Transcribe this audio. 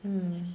mm